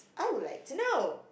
I would like to know